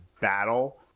battle